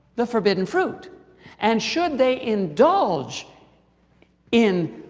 the forbidden fruit and should they indulge in